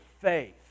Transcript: faith